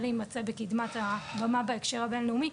להימצא בקידמת הבמה בהקשר הבין-לאומי.